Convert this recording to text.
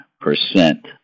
percent